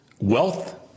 wealth